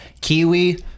kiwi